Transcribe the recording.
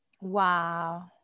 Wow